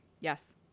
Yes